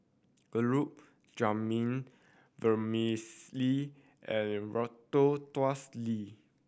Gulab Jamun Vermicelli and Ratatouille